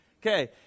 Okay